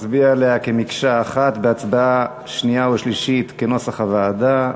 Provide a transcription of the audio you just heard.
נצביע עליה כמקשה אחת בהצבעה שנייה ושלישית כנוסח הוועדה.